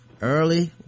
early